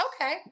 okay